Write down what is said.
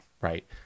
right